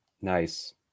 Nice